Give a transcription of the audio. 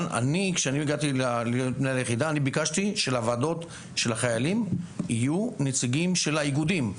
כשהגעתי ליחידה ביקשת שבוועדות בנושאי חיילים ישבו גם נציגי איגודים,